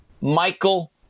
Michael